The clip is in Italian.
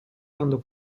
quando